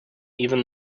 even